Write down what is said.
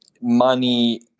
Money